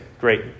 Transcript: great